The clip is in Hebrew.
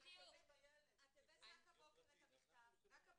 אדם ------ את הבאת את המכתב רק הבוקר.